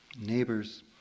neighbors